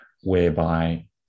whereby